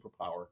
superpower